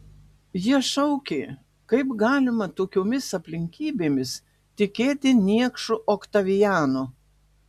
jie šaukė kaip galima tokiomis aplinkybėmis tikėti niekšu oktavianu